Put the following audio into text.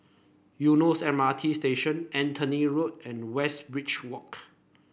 Eunos M R T Station Anthony Road and Westridge Walk